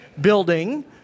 building